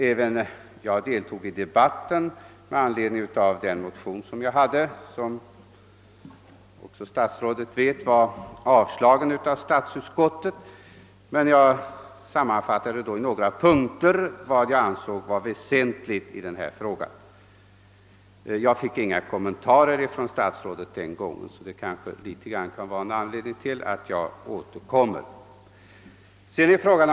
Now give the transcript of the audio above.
Även jag deltog i debatten med anledning av att jag väckt en motion som — det vet statsrådet — avstyrkts av statsutskottet, och jag sammanfattade i några punkter vad jag ansåg vara väsentligt i den fråga det här gäller. Statsrådet gjorde inga kommentarer den gången, och det är delvis anledningen till att jag nu återkommer till frågan.